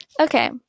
Okay